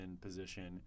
position